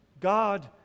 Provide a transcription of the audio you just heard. God